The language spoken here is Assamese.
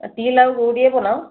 তিল আৰু গুৰ দিয়ে বনাওঁ